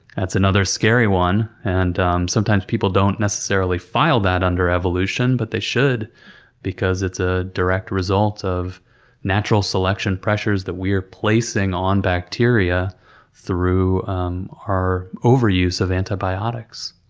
that's another scary one. and sometimes people don't necessarily file that under evolution, but they should because it's a direct result of natural selection pressures that we are placing on bacteria through um our overuse of antibiotics.